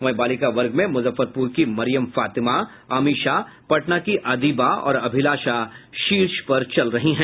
वहीं बालिका वर्ग में मुजफ्फरपुर की मरियम फातिमा अमिषा पटना की अदिबा और अभिलाषा शीर्ष पर चल रही हैं